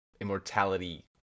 immortality